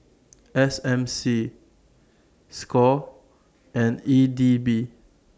S M C SCORE and E D B